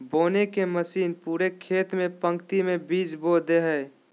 बोने के मशीन पूरे खेत में पंक्ति में बीज बो दे हइ